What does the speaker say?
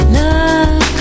love